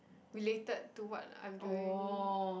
related to what I'm doing